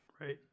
Right